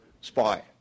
spy